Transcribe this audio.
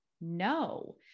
no